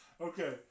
okay